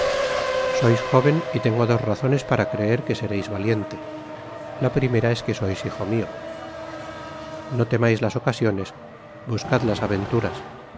sois jóven y tengo dos razones para creer que sereis valiente la primera es que sois hijo mio no temais las ocasiones buscad las aventuras